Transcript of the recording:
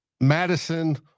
Madison